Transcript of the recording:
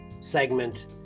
segment